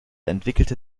entwickelte